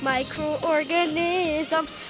Microorganisms